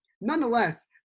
nonetheless